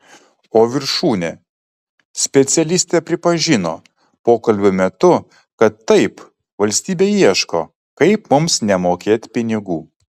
o viršūnė specialistė pripažino pokalbio metu kad taip valstybė ieško kaip mums nemokėt pinigų